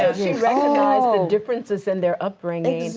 ah she recognized the differences in their upbringing.